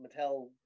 Mattel